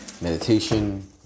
Meditation